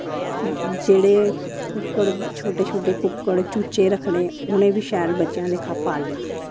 जेह्ड़े कुक्कड़ छोटे छोटे कुक्कड़ चूचे रक्खने उनें बी शैल बच्चेंआ आह्ला लेक्खा पालना